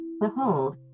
Behold